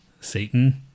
Satan